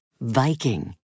Viking